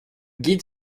guide